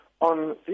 on